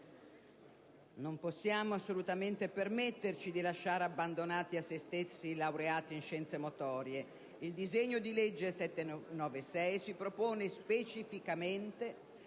Non possiamo assolutamente permetterci di lasciare abbandonati a sé stessi i laureati in scienze motorie. L'Atto Senato n. 796 si propone specificamente